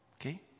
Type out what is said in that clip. okay